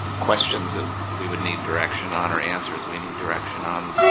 questions that we would need direction on our answers we need direction on